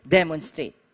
demonstrate